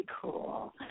cool